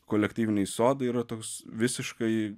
kolektyviniai sodai yra toks visiškai